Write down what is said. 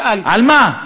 על מה?